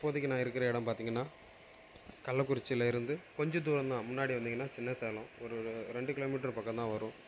இப்போதைக்கு நான் இருக்கிற இடம் பார்த்திங்கனா கள்ளக்குறிச்சியிலேருந்து கொஞ்சம் தூரம் தான் முன்னாடி வந்தீங்கனால் சின்ன சேலம் ஒரு ரெண்டு கிலோமீட்டர் பக்கம் தான் வரும்